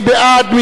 מי בעד?